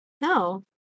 No